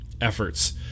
efforts